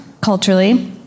culturally